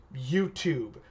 YouTube